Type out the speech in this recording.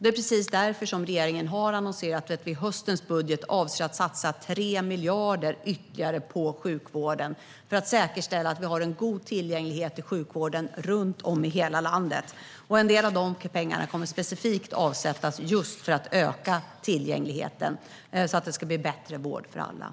Det är precis därför som regeringen har annonserat att vi avser att i höstens budget satsa 3 miljarder ytterligare på sjukvården för att säkerställa att vi har en god tillgänglighet i sjukvården runt om i hela landet. En del av dessa pengar kommer specifikt att avsättas just för att öka tillgängligheten, så att det ska bli bättre vård för alla.